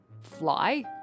fly